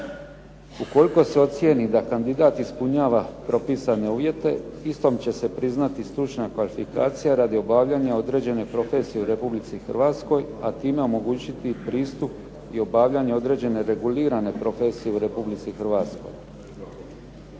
Ukoliko se ocijeni da kandidat ispunjava propisane uvjete istom će se priznati stručna kvalifikacija radi obavljanja određene profesije u Republici Hrvatskoj a time omogućiti i pristup i obavljanje određene regulirane profesije u Republici Hrvatskoj.